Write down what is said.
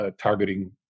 targeting